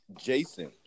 jason